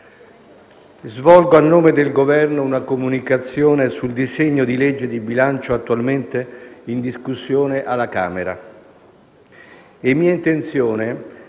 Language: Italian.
svolgo a nome del Governo una comunicazione sul disegno di legge di bilancio attualmente in discussione alla Camera.